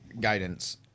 guidance